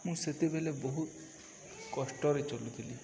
ମୁଁ ସେତେବେଳେ ବହୁତ କଷ୍ଟରେ ଚଳୁଥିଲି